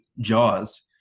JAWS